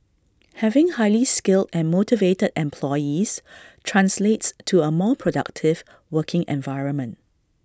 having highly skilled and motivated employees translates to A more productive working environment